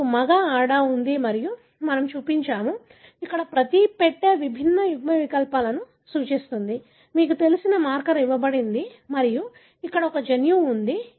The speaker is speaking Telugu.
మీకు మగ ఆడ ఉంది మరియు మనము చూపించాము ఇక్కడ ప్రతి పెట్టె విభిన్న యుగ్మవికల్పాలను సూచిస్తుంది మీకు తెలిసిన మార్కర్ ఇవ్వబడింది మరియు ఇక్కడ ఒక జన్యువు ఉంది